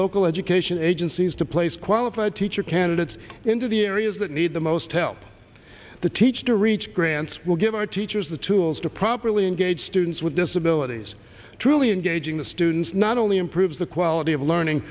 local education agencies to place qualified teacher candidates into the areas that need the most help to teach to reach grants will give our teachers the tools to properly engage students with disabilities truly engaging the students not only improves the quality of learning